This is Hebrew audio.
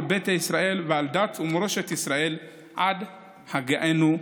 ביתא ישראל ועל דת ומורשת ישראל עד הגיענו ארצה.